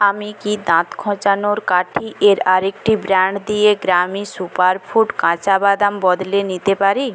আমি কি দাঁত খোঁচানোর কাঠি এর আরেকটি ব্র্যান্ড দিয়ে গ্রামি সুপারফুড কাঁচা বাদাম বদলে নিতে পারি